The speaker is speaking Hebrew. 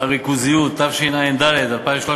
זה נרשם בפרוטוקול, שלא יגידו שעשית איזו הצבעה